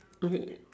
okay wait